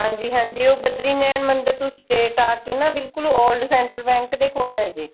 ਹਾਂਜੀ ਹਾਂਜੀ ਉਹ ਬਦਰੀ ਨਰਾਇਣ ਮੰਦਰ ਤੋਂ ਸਟੇਟ ਆ ਕੇ ਨਾ ਬਿਲਕੁਲ ਓਲਡ ਸੈਂਟਰਲ ਬੈਂਕ ਦੇ ਕੋਲ ਹੈ ਜੀ